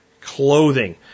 Clothing